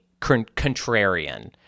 contrarian